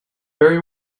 very